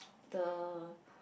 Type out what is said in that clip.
the